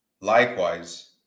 Likewise